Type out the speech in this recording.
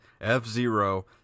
F-Zero